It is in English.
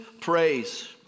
praise